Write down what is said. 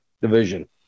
division